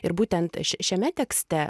ir būtent š šiame tekste